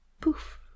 Poof